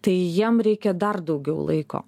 tai jiem reikia dar daugiau laiko